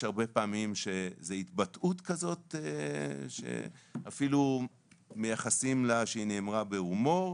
יש הרבה פעמים שזה התבטאות כזו שאפילו מייחסים לה שהיא נאמרה בהומור